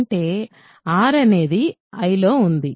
అంటే r అనేది I లో ఉంది